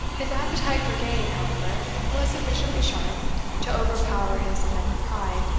his appetite for gain, however, was sufficiently sharp to overpower his offended pride,